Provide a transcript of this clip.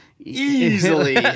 Easily